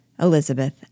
Elizabeth